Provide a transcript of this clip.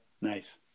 Nice